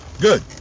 Good